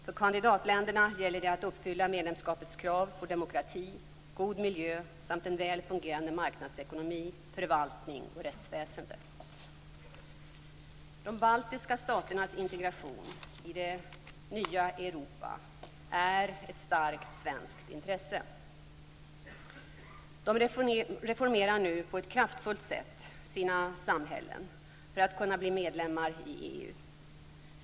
För kandidatländerna gäller det att uppfylla medlemskapets krav på demokrati, god miljö samt en väl fungerande marknadsekonomi, förvaltning och rättsväsende. De baltiska staternas integration i det nya Europa är ett starkt svenskt intresse. De reformerar nu på ett kraftfullt sätt sina samhällen för att kunna bli medlemmar i EU.